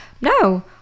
no